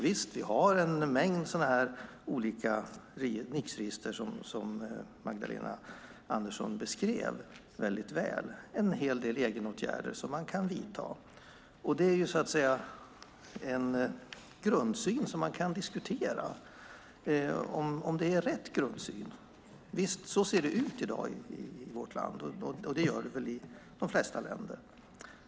Visst har vi en mängd olika Nixregister, som Magdalena Andersson beskrev väldigt väl. Det finns en hel del egenåtgärder som man kan vidta. Men man kan diskutera om det är rätt grundsyn. Visst, så ser det ut i dag i vårt land, och det gör det väl i de flesta länder.